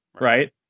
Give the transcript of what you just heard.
Right